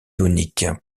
ioniques